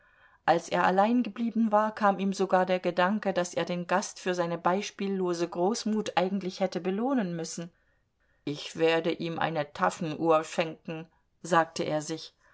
als er allein geblieben war kam ihm sogar der gedanke daß er den gast für seine beispiellose großmut eigentlich hätte belohnen müssen ich werde ihm eine taschenuhr schenken sagte er sich